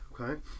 Okay